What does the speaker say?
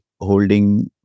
holding